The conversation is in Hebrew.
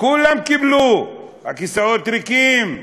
כולם קיבלו, הכיסאות ריקים,